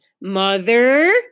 Mother